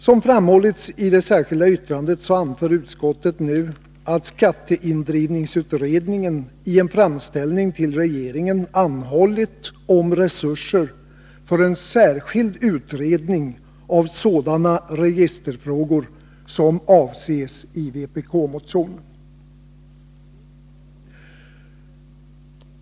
Som framhålls i det särskilda yttrandet anför utskottet nu att skatteindrivningsutredningen i en framställning till regeringen anhållit om resurser för en särskild utredning av sådana registerfrågor som avses i vpk-motionen.